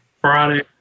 Friday